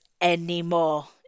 anymore